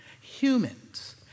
Humans